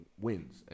wins